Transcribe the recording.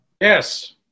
Yes